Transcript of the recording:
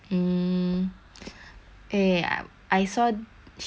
eh I'm I saw shou~ I feel like buying cards on